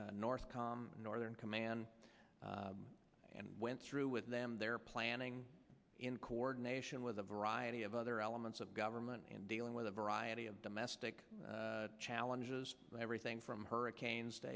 north com northern command and went through with them their planning in coordination with a variety of other elements of government and dealing with a variety of domestic challenges everything from hurricanes